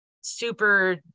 super